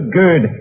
good